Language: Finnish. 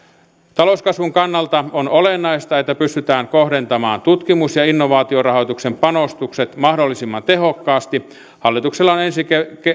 talouskasvun kannalta on olennaista että pystytään kohdentamaan tutkimus ja innovaatiorahoituksen panostukset mahdollisimman tehokkaasti hallituksella on ensi